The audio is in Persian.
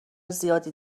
زیادی